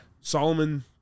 Solomon